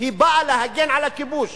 היא באה להגן על הכיבוש